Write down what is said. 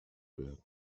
werden